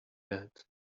that